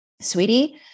sweetie